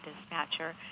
dispatcher